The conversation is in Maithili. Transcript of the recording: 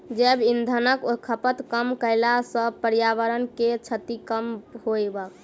जैव इंधनक खपत कम कयला सॅ पर्यावरण के क्षति कम होयत